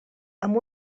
amb